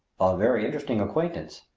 a very interesting acquaintance,